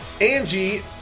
Angie